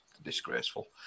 Disgraceful